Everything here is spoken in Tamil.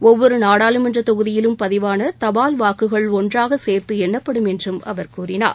ஒவ்வொரு நாடாளுமன்றத் தொகுதியிலும் பதிவான தபால் வாக்குகள் ஒன்றாகச் சேர்த்து எண்ணப்படும் என்றும் அவர் கூறினார்